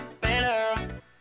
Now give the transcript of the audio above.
better